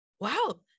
wow